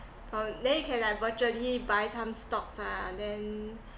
for then you can like virtually buy some stock ah then